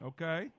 Okay